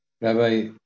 Rabbi